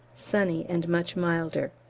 sunny and much milder.